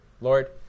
Lord